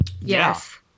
Yes